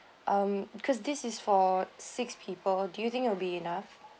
um because this is for six people do you think it will be enough